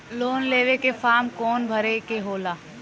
Loan लेवे के form कौन भरे के होला?